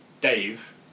Dave